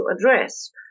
address